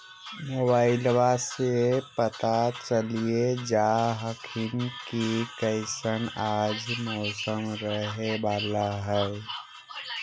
मोबाईलबा से पता चलिये जा हखिन की कैसन आज मौसम रहे बाला है?